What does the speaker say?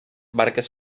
barques